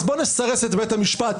אז בואו נסרס את בית המשפט,